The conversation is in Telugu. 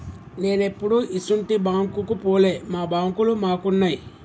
నేనెప్పుడూ ఇసుంటి బాంకుకు పోలే, మా బాంకులు మాకున్నయ్